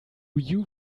you